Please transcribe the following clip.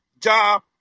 job